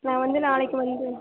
நான் வந்து நாளைக்கு வந்து